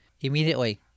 immediately